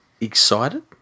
excited